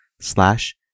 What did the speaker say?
slash